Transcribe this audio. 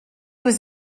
was